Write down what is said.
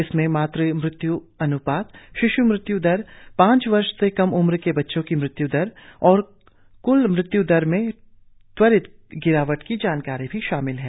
इसमें मातृ मृत्यु अन्पात शिश् मृत्य् दर पांच वर्ष से कम उम्र के बच्चों की मृत्य् दर और कुल मृत्य् दर में त्वरित गिरावट की जानकारी भी शामिल है